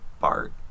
BART